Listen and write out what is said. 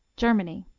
germany